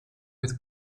with